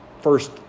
first